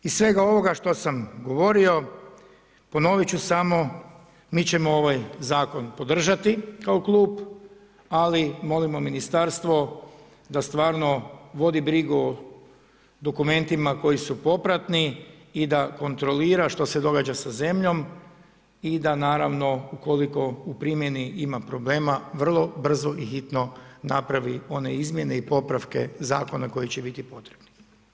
Iz svega ovoga što sam govorio, ponovit ću samo mi ćemo ovaj zakon podržati kao klub, ali molimo ministarstvo da stvarno vodi brigu o dokumentima koji su popratni i da kontrolira što se događa sa zemljom i da naravno ukoliko u primjeni ima problema vrlo brzo i hitno napravi one izmjene i popravke zakona koji će biti potrebni.